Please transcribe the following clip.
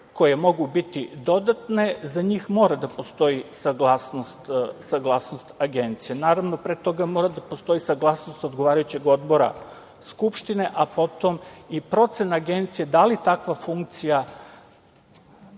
koje mogu biti dodatne, za njih mora da postoji saglasnost agencije. Naravno, pre toga mora da postoji saglasnost odgovarajućeg odbora Skupštine, a potom i procena agencije da li je takva funkcija